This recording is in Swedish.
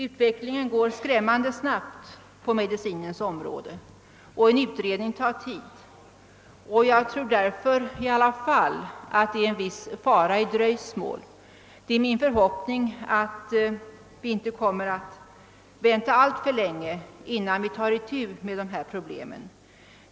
Utvecklingen går skrämmande snabbt på medicinens område, och en utredning tar tid. Jag tror därför i alla fall att det är en viss fara i dröjsmål. Det är min förhoppning att vi inte kommer att vänta alltför länge, innan vi tar itu med dessa problem.